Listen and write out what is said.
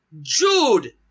Jude